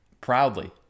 proudly